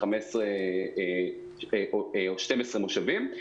15 או 12 מושבים.